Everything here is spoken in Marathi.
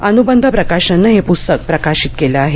अनुबंध प्रकाशननं हे पुस्तक प्रकाशित केलं आहे